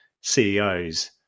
CEOs